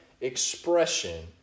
expression